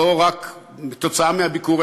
לא רק כתוצאה מהביקור,